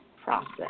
process